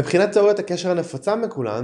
מבחינת תאוריית הקשר הנפוצה מכולן